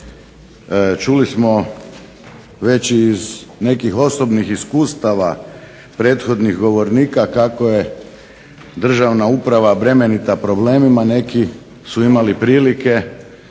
Čuli smo već iz nekih osobnih iskustava prethodnih govornika kako je državna uprava bremenita problemima, neki su imali prilike,